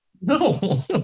no